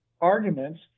arguments